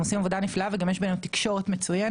הם עושים עבודה נפלאה וגם יש ביננו תקשורת מצוינת,